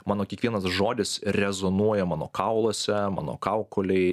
mano kiekvienas žodis rezonuoja mano kauluose mano kaukolėj